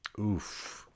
Oof